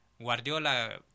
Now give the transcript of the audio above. Guardiola